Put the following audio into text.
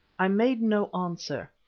i made no answer.